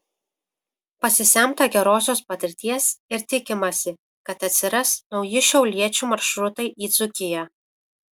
pasisemta gerosios patirties ir tikimasi kad atsiras nauji šiauliečių maršrutai į dzūkiją